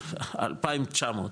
2,900,